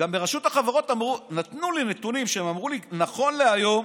ברשות החברות נתנו לי נתונים ואמרו לי: נכון להיום,